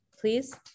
please